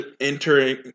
entering